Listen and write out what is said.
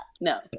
No